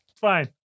Fine